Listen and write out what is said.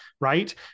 right